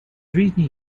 жизни